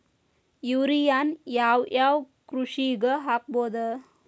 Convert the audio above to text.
ಯೂರಿಯಾನ ಯಾವ್ ಯಾವ್ ಕೃಷಿಗ ಹಾಕ್ಬೋದ?